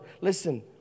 Listen